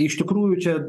iš tikrųjų čia